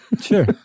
Sure